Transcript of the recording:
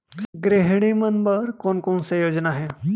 गृहिणी मन बर कोन कोन से योजना हे?